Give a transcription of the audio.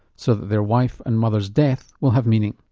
so that their wife and mother's death will have meaning.